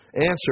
Answer